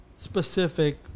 specific